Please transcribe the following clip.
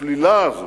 השלילה הזאת,